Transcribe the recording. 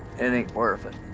it ain't worth it.